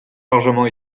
largement